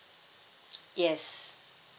yes